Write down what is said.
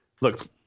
look